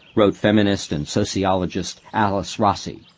wrote feminist and sociologist alice rossi,